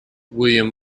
william